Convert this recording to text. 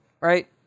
right